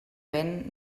vent